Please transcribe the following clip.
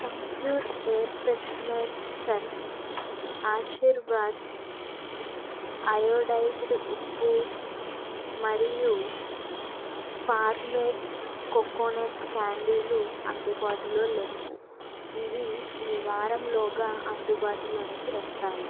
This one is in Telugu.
CamPure air freshener Surf Aashirvaad iodised ఉప్పు మరియు ఫార్మ్ మేడ్ కోకోనట్ క్యాండిలు అందుబాటులో లేవు ఇవి ఈ వారంలోగా అందుబాటులోకి వస్తాయి